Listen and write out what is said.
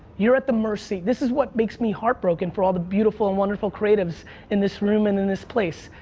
you're at the mercy, this is what makes me heartbroken for all the beautiful and wonderful creatives in this room and in this place.